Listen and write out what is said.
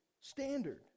standard